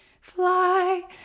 fly